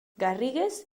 garrigues